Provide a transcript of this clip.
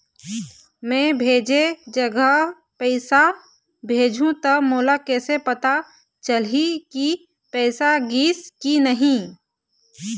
मैं भेजे जगह पैसा भेजहूं त मोला कैसे पता चलही की पैसा गिस कि नहीं?